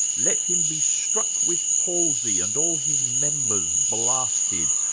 let him be struck with palsy and all his members blasted.